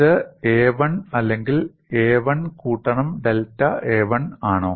ഇത് a1 അല്ലെങ്കിൽ a1 കൂട്ടണം ഡെൽറ്റ a1 ആണോ